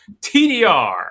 tdr